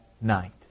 night